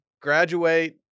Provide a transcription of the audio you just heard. graduate